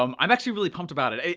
um i'm actually really pumped about it.